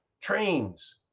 trains